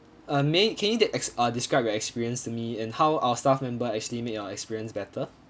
uh may can you de~ ex~ uh describe your experience to me and how our staff member actually made your experience better